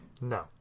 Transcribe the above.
No